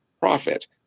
profit